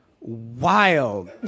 wild